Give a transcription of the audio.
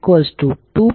5200